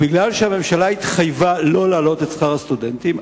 בגלל שהממשלה התחייבה שלא להעלות את שכר הלימוד של הסטודנטים,